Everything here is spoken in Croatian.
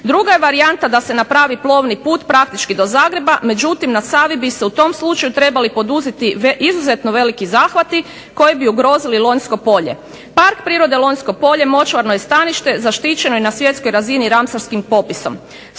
Druga je varijanta da se napravi plovni put praktički do Zagreba, međutim na Savi bi se u tom slučaju trebali poduzeti izuzetno veliki zahvati koji bi ugrozili Lonjsko polje. Park prirode Lonjsko polje močvarno je stanište, zaštićeno je na svjetskoj razini ramsarskim popisom,